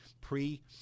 pre